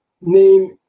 name